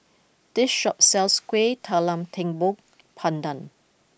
this shop sells Kueh Talam Tepong Pandan